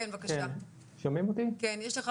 קודם כל